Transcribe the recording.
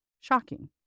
Shocking